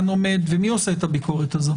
שהמתקן עומד ומי עושה את הביקורת הזו